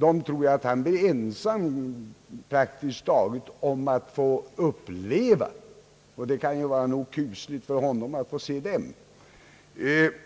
är han praktiskt taget ensam om att få se — och det kan ju vara nog så kusligt för honom att uppleva dem.